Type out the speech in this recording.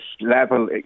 level